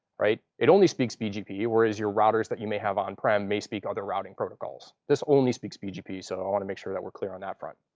right? it only speaks bgp, whereas your routers that you may have on-prem may speak other routing protocols. this only speaks bgp. so i want to make sure that we're clear on that front.